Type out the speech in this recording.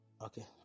Okay